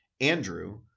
andrew